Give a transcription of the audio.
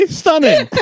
stunning